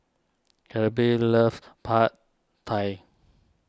Claribel loves Pad Thai